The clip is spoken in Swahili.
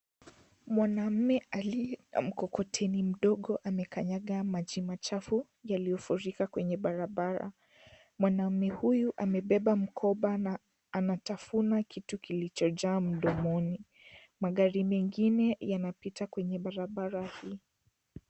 Mwanaume aliye na mkokoteni mdogo amekanyaga maji machafu yaliyofurika kwenye barabara. Mwanaume huyu amebeba mkoba na anatafuna kitu kilichojaa mdomoni. Magari mengine yanapita kwenye barabara hii.